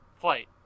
flight